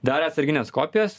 darė atsargines kopijas